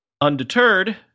Undeterred